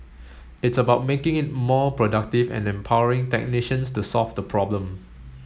it's about making it more productive and empowering technicians to solve the problem